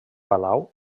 palau